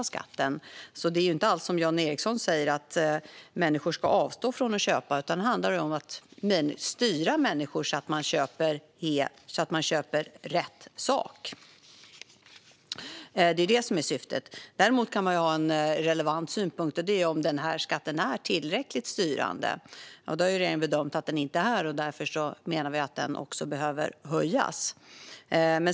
Det är alltså inte alls som Jan Ericson säger att människor ska avstå från att köpa. Syftet är att styra människor så att de köper rätt saker. Man kan däremot ha en relevant synpunkt. Det är om den här skatten är tillräckligt styrande. Regeringen har bedömt att den inte är det. Därför menar vi också att den behöver höjas.